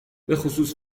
بخصوص